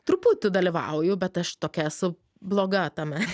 truputį dalyvauju bet aš tokia esu bloga tame